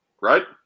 right